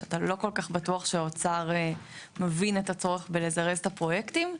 שאתה לא כל-כך בטוח שהאוצר מבין את הצורך בלזרז את הפרויקטים.